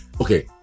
Okay